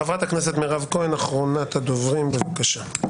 חברת הכנסת מירב כהן, אחרונת הדוברים, בבקשה.